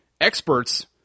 Experts